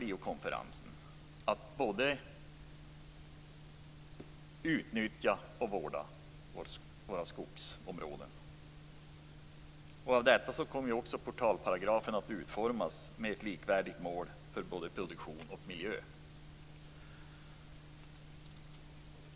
Det gäller att både nyttja och vårda våra skogsområden. Portalparagrafen fick en utformning med likvärdiga mål för produktion och miljö.